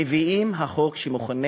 מביאים את החוק שמכונה